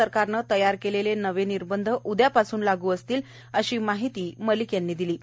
राज्य सरकारने तयार केलेले नवे निर्बंध उद्यापासून लागू असतील अशी माहिती मलिक यांनी दिलीय